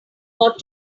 got